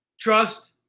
Trust